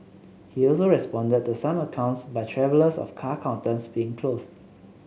he also responded to some accounts by travellers of car counters being closed